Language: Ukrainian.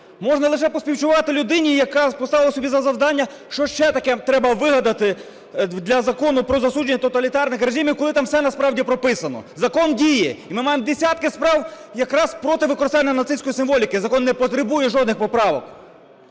Можна лише поспівчувати людині, яка поставила собі за завдання, що ще таке треба вигадати для Закону про засудження тоталітарних режимів, коли там все насправді прописано. Закон діє, і ми маємо десятки справ якраз проти використання нацистської символіки, закон не потребує жодних поправок.